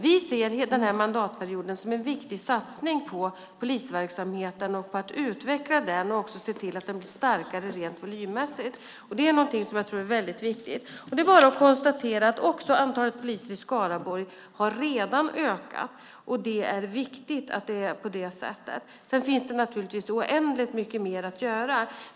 Vi ser den här mandatperioden som en viktig satsning på polisverksamheten, på att utveckla den och se till att den blir starkare rent volymmässigt. Det är någonting som jag tror är väldigt viktigt. Det är bara att konstatera att antalet poliser i Skaraborg redan har ökat. Det är viktigt att det är på det sättet. Sedan finns det naturligtvis oändligt mycket mer att göra.